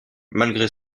malgré